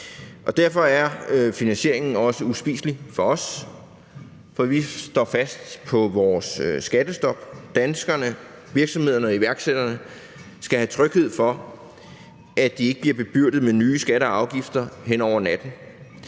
Derfor er finansieringen også uspiselig for os, for vi står fast på vores skattestop. Danskerne, virksomhederne og iværksætterne skal have tryghed for, at de ikke bliver bebyrdet med nye skatter og afgifter hen over natten.